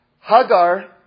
Hagar